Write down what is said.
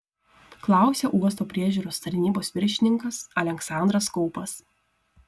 klausė uosto priežiūros tarnybos viršininkas aleksandras kaupas